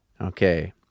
Okay